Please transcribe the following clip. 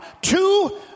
Two